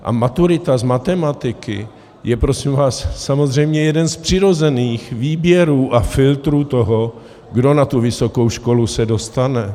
A maturita z matematiky je prosím vás samozřejmě jeden z přirozených výběrů a filtrů toho, kdo na tu vysokou školu se dostane.